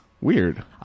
Weird